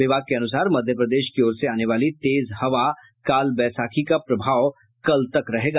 विभाग के अनुसार मध्य प्रदेश की ओर से आने वाली तेज हवा काल बैशाखी का प्रभाव कल तक रहेगा